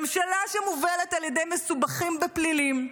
ממשלה שמובלת על ידי מסובכים בפלילים,